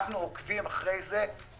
אנחנו עוקבים אחרי זה ביום-יום.